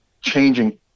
changing